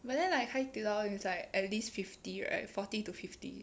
but then like Hai-Di-Lao is like at least fifty right forty to fifty